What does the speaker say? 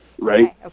Right